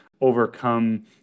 overcome